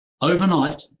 Overnight